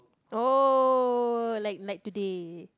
oh like like today